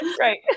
right